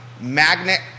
magnet